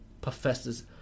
professor's